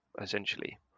essentially